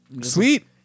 Sweet